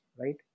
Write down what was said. right